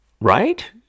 Right